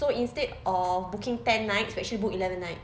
so instead of booking ten nights we actually booked eleven nights